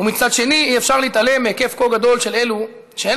ומצד שני אי-אפשר להתעלם מהיקף כה גדול של אלו שאין